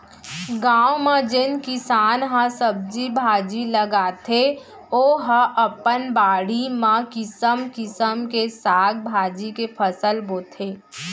गाँव म जेन किसान ह सब्जी भाजी लगाथे ओ ह अपन बाड़ी म किसम किसम के साग भाजी के फसल बोथे